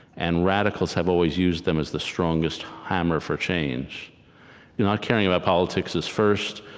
and radicals have always used them as the strongest hammer for change not caring about politics is first,